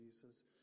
Jesus